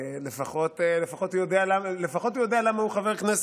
לפחות הוא יודע למה הוא חבר כנסת.